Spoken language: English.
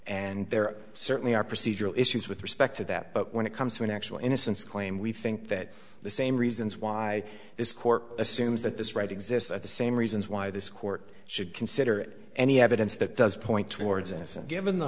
and there certainly are procedural issues with respect to that but when it comes to an actual innocence claim we think that the same reasons why this court assumes that this right exists at the same reasons why this court should consider any evidence that does point towards